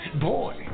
Boy